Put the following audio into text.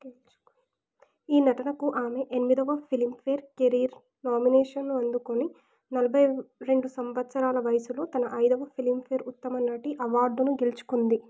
ఈ నటనకు ఆమె ఎనిమిదవ ఫిలిమ్ఫేర్ కెరీర్ నామినేషన్ను అందుకుని నలభై రెండు సంవత్సరాల వయస్సులో తన ఐదవ ఫిలిమ్ఫేర్ ఉత్తమ నటి అవార్డును గెలుచుకుంది